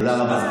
תודה רבה.